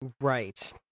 Right